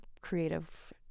creative